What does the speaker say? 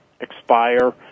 expire